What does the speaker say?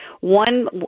One